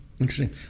interesting